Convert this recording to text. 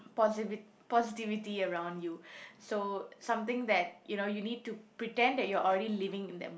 posivi~ positivity around you so something that you know you need to pretend that you are already living in that